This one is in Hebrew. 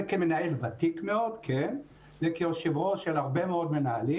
כמנהל ותיק מאוד וכיושב-ראש של הרבה מאוד מנהלים